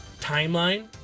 timeline